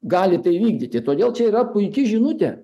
gali tai įvykdyti todėl čia yra puiki žinutė